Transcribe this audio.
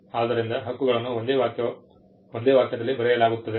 ಆದ್ದರಿಂದ ಹಕ್ಕುಗಳನ್ನು ಒಂದೇ ವಾಕ್ಯದಲ್ಲಿ ಬರೆಯಲಾಗುತ್ತದೆ